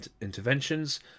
interventions